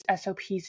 SOPs